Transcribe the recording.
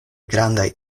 grandaj